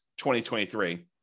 2023